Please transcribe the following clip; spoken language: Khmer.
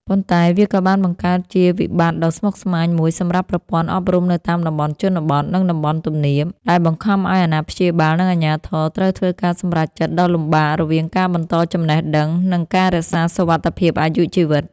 ប៉ុន្តែវាក៏បានបង្កើតជាវិបត្តិដ៏ស្មុគស្មាញមួយសម្រាប់ប្រព័ន្ធអប់រំនៅតាមតំបន់ជនបទ និងតំបន់ទំនាប ដែលបង្ខំឱ្យអាណាព្យាបាល និងអាជ្ញាធរត្រូវធ្វើការសម្រេចចិត្តដ៏លំបាករវាងការបន្តចំណេះដឹង និងការរក្សាសុវត្ថិភាពអាយុជីវិត។